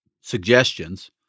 suggestions